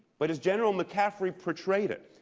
but as general mccaffrey portrayed it,